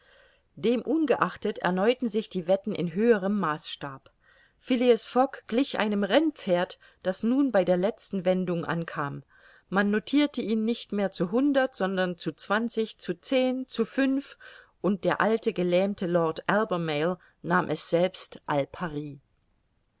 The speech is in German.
demungeachtet erneuten sich die wetten in höherem maßstab phileas fogg glich einem rennpferd das nun bei der letzten wendung ankam man notirte ihn nicht mehr zu hundert sondern zu zwanzig zu zehn zu fünf und der alte gelähmte lord albemarle nahm es selbst